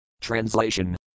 TRANSLATION